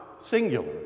singular